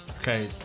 Okay